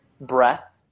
breath